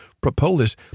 Propolis